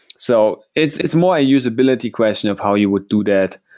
so it's it's more a usability question of how you would do that.